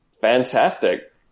fantastic